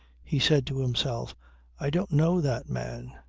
he said to himself i don't know that man.